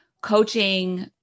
coaching